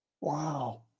Wow